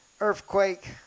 earthquake